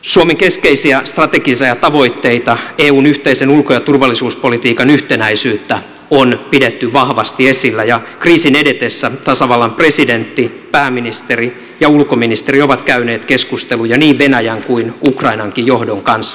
suomen keskeisiä strategisia tavoitteita eun yhteisen ulko ja turvallisuuspolitiikan yhtenäisyyttä on pidetty vahvasti esillä ja kriisin edetessä tasavallan presidentti pääministeri ja ulkoministeri ovat käyneet keskusteluja niin venäjän kuin ukrainankin johdon kanssa